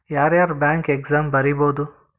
ಯಾರ್ಯಾರ್ bank exam ಬರಿಬೋದು